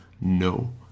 No